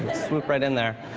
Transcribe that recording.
swoop right in there.